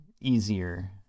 easier